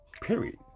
period